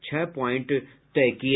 छह प्वाइंट तय किय